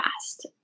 fast